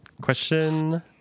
Question